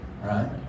Right